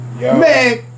Man